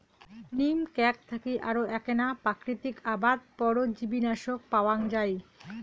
নিম ক্যাক থাকি আরো এ্যাকনা প্রাকৃতিক আবাদ পরজীবীনাশক পাওয়াঙ যাই